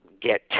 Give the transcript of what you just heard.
get